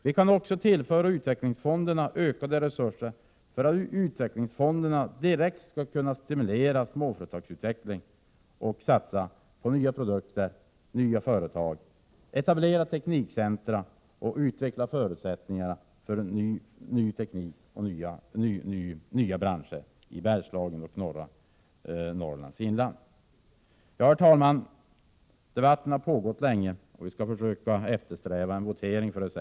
Vi kan också tillföra utvecklingsfonderna ökade resurser för att utvecklingsfonderna direkt skall kunna stimulera småföretagsutveckling och satsa på nya produkter och nya företag, etablera teknikcentra och utveckla förutsättningarna för ny teknik och nya branscher i Bergslagen och i norra Herr talman! Debatten har pågått länge, och vi eftersträvar en votering före kl.